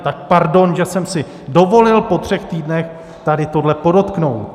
Tak pardon, že jsem si dovolil po třech týdnech tady tohle podotknout.